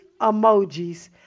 emojis